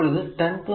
അപ്പോൾ അത്10 16